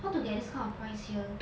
how to get this kind of price here